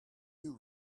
you